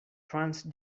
trance